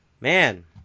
man